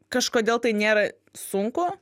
kažkodėl tai nėra sunku